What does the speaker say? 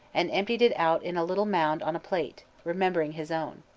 and emptied it out in a little mound on a plate, remembering his own.